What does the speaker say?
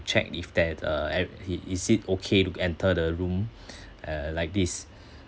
check if there's a r~ i~ is it okay to g~ enter the room uh like this